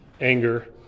anger